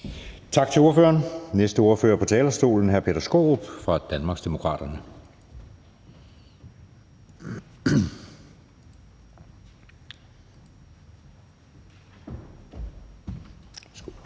Tak til ordføreren. Næste ordfører på talerstolen er hr. Peter Skaarup fra Danmarksdemokraterne. Kl.